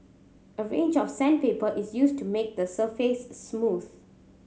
a range of sandpaper is used to make the surface smooth